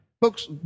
Folks